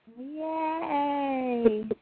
Yay